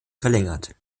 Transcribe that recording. verlängert